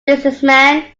businessman